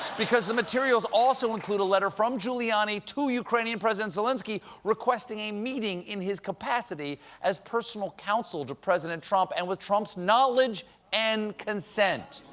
because the materials also include a letter from giuliani to ukranian president zelensky requesting a meeting in his capacity as personal counsel to president trump, and with trump's knowledge and consent.